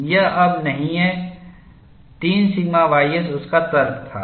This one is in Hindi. यह अब नहीं है 3 सिग्मा ys उसका तर्क था